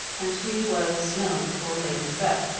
and she was known for lady macbeth.